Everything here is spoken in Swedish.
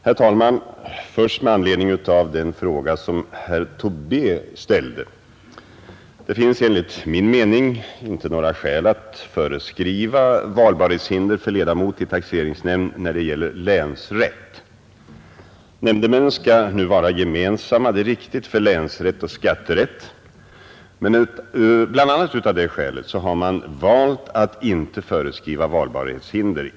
Herr talman! Med anledning av den fråga som herr Tobé ställde vill jag säga att det enligt min mening inte finns några skäl att föreskriva valbarhetshinder för ledamot i taxeringsnämnd när det gäller länsrätt. Nämndemännen skall nu vara gemensamma — det är riktigt — för länsrätt och skatterätt. Men bl.a. av det skälet har man valt att inte föreskriva valbarhetshinder.